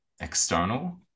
external